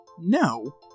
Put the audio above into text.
no